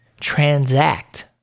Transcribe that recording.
transact